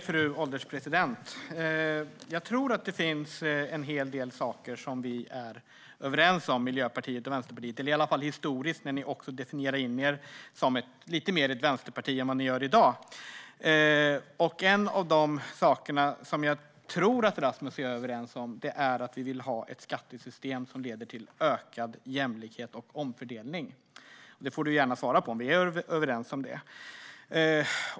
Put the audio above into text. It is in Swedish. Fru ålderspresident! Jag tror att det finns en hel del saker som Miljöpartiet och Vänsterpartiet är överens om, i alla fall historiskt när ni också definierade in er lite mer av ett vänsterparti än vad ni gör i dag. En av de saker som jag tror att Rasmus Ling och jag är överens om är att vi vill ha ett skattesystem som leder till ökad jämlikhet och omfördelning. Han får gärna svara på om vi är överens om det.